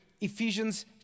Ephesians